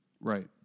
Right